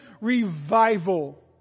Revival